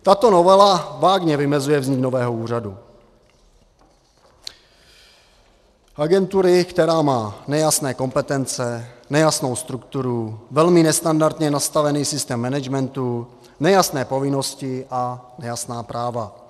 Tato novela vágně vymezuje vznik nového úřadu, agentury, která má nejasné kompetence, nejasnou strukturu, velmi nestandardně nastavený systém managementu, nejasné povinnost a nejasná práva.